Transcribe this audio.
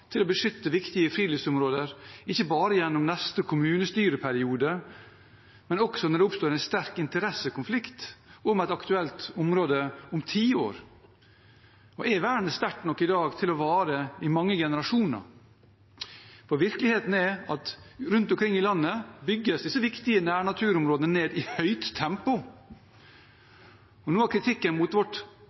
til å beskytte viktige friluftsområder, ikke bare gjennom neste kommunestyreperiode, men også når det oppstår en sterk interessekonflikt om et aktuelt område om ti år? Og er vernet i dag sterkt nok til å vare i mange generasjoner? Virkeligheten er at disse viktige nærnaturområdene bygges ned i høyt tempo rundt omkring i landet. Noe av kritikken mot vårt